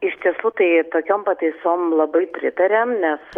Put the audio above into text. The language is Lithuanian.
iš tiesų tai tokiom pataisom labai pritariam nes